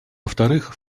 вторых